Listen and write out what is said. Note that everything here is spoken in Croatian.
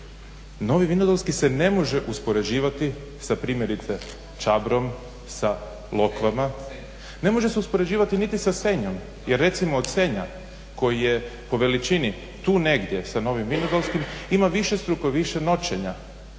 Novi Vinodolski se ne može uspoređivati sa primjerice Čabrom, sa Lokvama, ne može se uspoređivati niti sa Senjom, jer recimo od Senja koji je po veličini tu negdje sa Novim Vinodolskim ima višestruko više noćenja